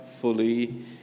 fully